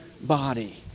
body